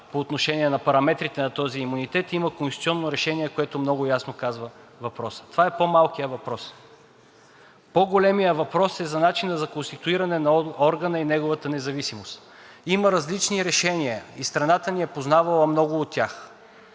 по отношение на параметрите на този имунитет. Има конституционно решение, което много ясно казва по въпроса. Това е по-малкият въпрос. По-големият въпрос е за начина за конституиране на органа и неговата независимост. Има различни решения и страната ни е познавала много от тях.